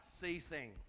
ceasing